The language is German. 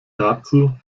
dazu